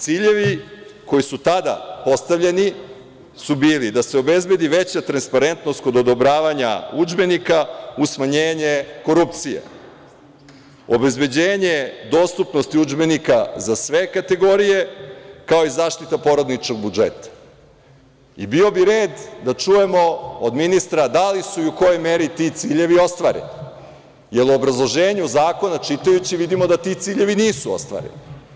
Ciljevi koji su tada postavljeni su bili da se obezbedi veća transparentnost kod odobravanja udžbenika uz smanjenje korupcije, obezbeđenje dostupnosti udžbenika za sve kategorije, kao i zaštita porodičnog budžeta. bio bi red da čujemo od ministra da li su i u kojoj meri ti ciljevi ostvareni, jer u obrazloženju Zakona čitajući, vidimo da ti ciljevi nisu ostvareni.